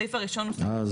אז